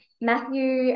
Matthew